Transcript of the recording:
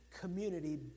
community